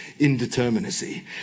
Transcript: Indeterminacy